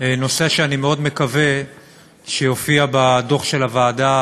נושא שאני מאוד מקווה שיופיע בדוח הבא של הוועדה,